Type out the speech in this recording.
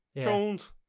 Jones